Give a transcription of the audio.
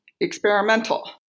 experimental